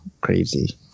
crazy